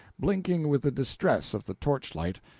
blinking with the distress of the torchlight,